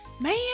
Man